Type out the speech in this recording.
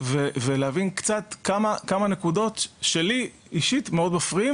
ולהבין קצת כמה נקודות שלי אישית מאוד מפריעים,